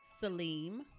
Salim